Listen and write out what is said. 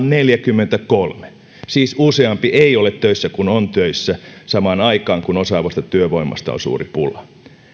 neljäkymmentäkolme siis useampi ei ole töissä kuin on töissä samaan aikaan kun osaavasta työvoimasta on suuri pula